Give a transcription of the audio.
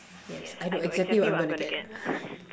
yes I know exactly what I'm gonna get